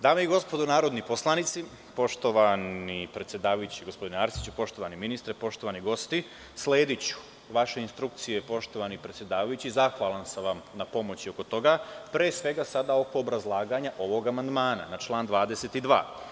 Dame i gospodo narodni poslanici, poštovani predsedavajući gospodine Arsiću, poštovani ministre, poštovani gosti, slediću vaše instrukcije, poštovani predsedavajući i zahvalan sam vam na pomoći oko toga, pre svega sada oko obrazlaganja ovog amandmana na član 22.